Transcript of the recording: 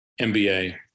MBA